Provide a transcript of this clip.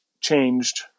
changed